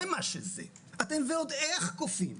אתם ועוד איך כופים.